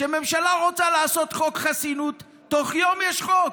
כשממשלה רוצה לעשות חוק חסינות, בתוך יום יש חוק,